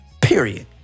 period